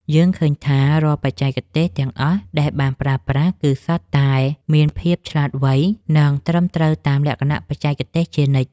យើងឃើញថារាល់បច្ចេកទេសទាំងអស់ដែលបានប្រើប្រាស់គឺសុទ្ធតែមានភាពឆ្លាតវៃ និង ត្រឹមត្រូវតាមលក្ខណៈបច្ចេកទេសជានិច្ច។